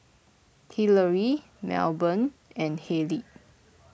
Hillery Melbourne and Haleigh